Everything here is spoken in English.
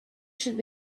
should